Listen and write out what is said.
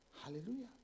Hallelujah